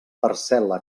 parcel·la